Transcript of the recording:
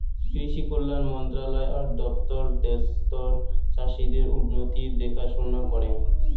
কৃষি কল্যাণ মন্ত্রণালয় আর দপ্তর দ্যাশতর চাষীদের উন্নতির দেখাশনা করেঙ